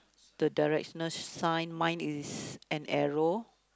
the directional sign mine is an arrow